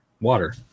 water